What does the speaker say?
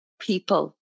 people